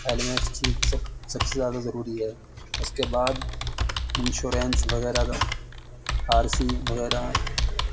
helmet چیز سب سب سے زیادہ ضروری ہے اس کے بعد انشورینس وغیرہ کا آر سی وغیرہ